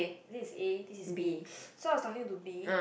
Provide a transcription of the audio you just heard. this is A this is B so I was talking to B